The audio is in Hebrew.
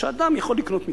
שאדם יכול לקנות מגרש,